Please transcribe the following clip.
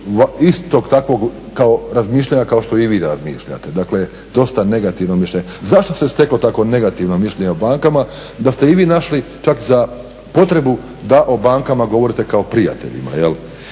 istog takvog razmišljanja kao što i vi razmišljate. Dakle, dosta negativno mišljenje. Zašto se steklo takvo negativno mišljenje o bankama? Da ste i vi našli čak za potrebu da o bankama govorite kao o prijateljima. I